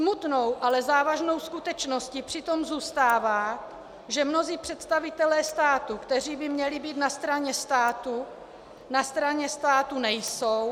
Smutnou ale závažnou skutečností přitom zůstává, že mnozí představitelé státu, kteří by měli být na straně státu, na straně státu nejsou, jsou